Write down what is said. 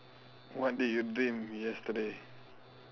what did you dream yesterday